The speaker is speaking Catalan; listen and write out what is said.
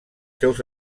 seus